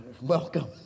welcome